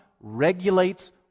regulates